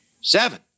Seven